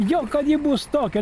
jo kad ji bus tokia